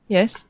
Yes